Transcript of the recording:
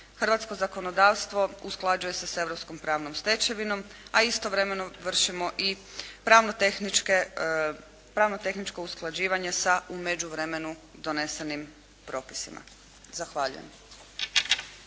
hrvatsko zakonodavstvo usklađuje se sa europskom pravnom stečevinom a istovremeno vršimo i pravno tehničko usklađivanje sa u međuvremenu donesenim propisima. Zahvaljujem.